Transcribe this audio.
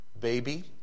baby